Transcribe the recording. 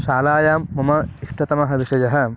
शालायां मम इष्टतमः विषयः